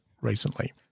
recently